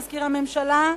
מזכיר הממשלה,